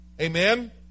Amen